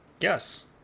Yes